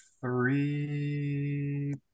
three